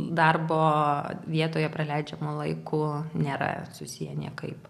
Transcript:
darbo vietoje praleidžiamu laiku nėra susiję niekaip